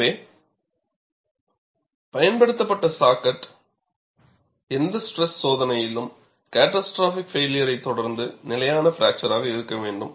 எனவே எந்த ஸ்ட்ரெஸ் சோதனையிலும் கேட்டாஸ்ட்ரோபிக் பைளியர் தொடர்ந்து நிலையான பிராக்சர் இருக்க வேண்டும்